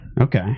Okay